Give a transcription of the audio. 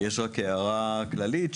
יש רק הערה כללית,